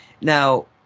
Now